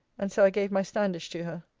and so i gave my standish to her.